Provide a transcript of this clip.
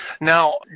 Now